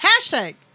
hashtag